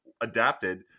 adapted